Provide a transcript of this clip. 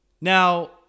Now